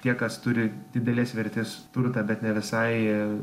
tie kas turi didelės vertės turtą bet ne visai